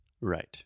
Right